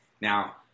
Now